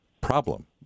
problem